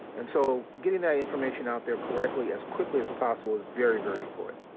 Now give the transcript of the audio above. and so getting that information out there correctly as quickly as possible is very very important.